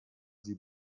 sie